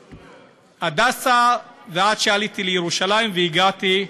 הדסה, עד שעליתי לירושלים והגעתי.